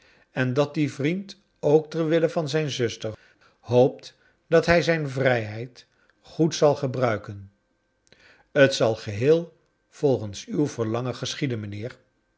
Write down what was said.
en dat die vriend ook ter wille van zijn zuster hoopt dat hij zijn vrijheid goed zal gebruiken t zal geheel volgens uw verlangen geschieden mijnheer